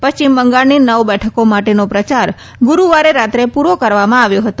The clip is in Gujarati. પશ્ચિમ બંગાળની નવ બેઠકો માટેનો પ્રચાર ગુરુવારે રાત્રે પૂરો કરવામાં આવ્યો હતો